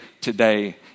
today